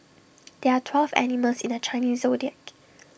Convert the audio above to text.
there are twelve animals in the Chinese Zodiac